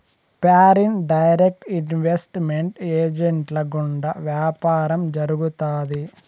foreign direct investment ఏజెంట్ల గుండా వ్యాపారం జరుగుతాది